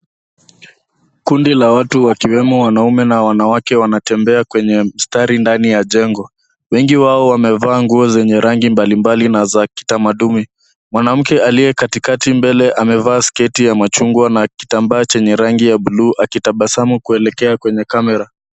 Kundi la watu wakiwemo wanaume na wanawake wanatembea kwenye mstari ndani ya jengo. Wengi wao wamevaa nguo zenye rangi mbalimbali na za kitamanduni. Mwanamke aliye katikati mbele amevaa sketi ya machungwa na kitambaa chenye rangi ya buluu akitabasamu kuelekea kwenye kamera.